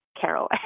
Carol